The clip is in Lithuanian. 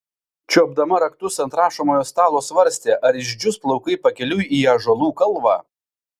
čiuopdama raktus ant rašomojo stalo svarstė ar išdžius plaukai pakeliui į ąžuolų kalvą